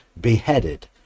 beheaded